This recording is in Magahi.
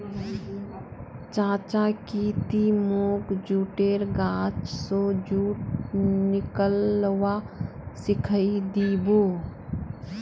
चाचा की ती मोक जुटेर गाछ स जुट निकलव्वा सिखइ दी बो